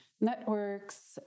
networks